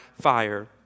fire